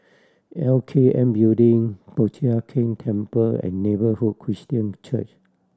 L K N Building Po Chiak Keng Temple and Neighbourhood Christian Church